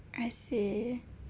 I see